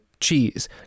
cheese